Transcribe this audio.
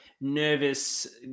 nervous